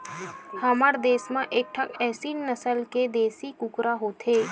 हमर देस म एकठन एसील नसल के देसी कुकरा होथे